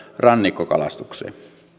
rannikkokalastukseen